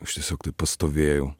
aš tiesiog taip pastovėjau